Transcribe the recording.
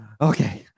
okay